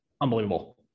unbelievable